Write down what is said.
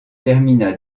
termina